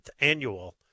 annual